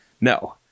No